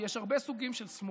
יש הרבה סוגים של שמאל.